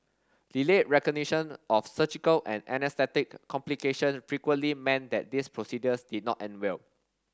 delayed recognition of surgical and anaesthetic complication frequently meant that these procedures did not end well